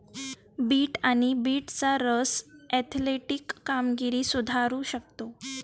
bit आणि बीटचा रस ऍथलेटिक कामगिरी सुधारू शकतो